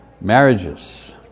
marriages